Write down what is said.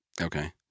Okay